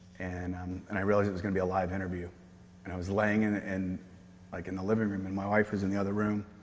and um and i realize it was going to be a live interview. and i was laying and in like in the living room and my wife was in the other room,